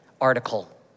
article